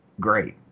great